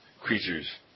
creatures